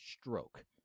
stroke